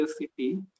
City